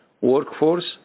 workforce